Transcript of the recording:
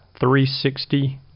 360